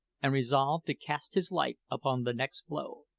and resolved to cast his life upon the next blow.